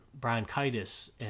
bronchitis